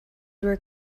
were